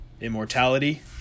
immortality